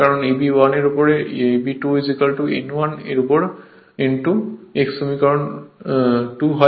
কারণ Eb 1 এর উপর Eb 2 n 1 এর উপর n 2 x সমীকরণ 2 হয়